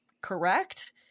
correct